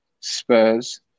Spurs